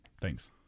Thanks